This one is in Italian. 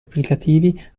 applicativi